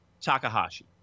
Takahashi